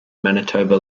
manitoba